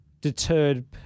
deterred